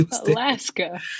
Alaska